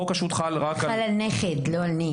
חוק השבות חל רק --- חל על נכד, לא על נין.